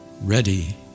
ready